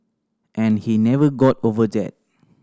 and he never got over that